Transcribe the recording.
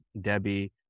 debbie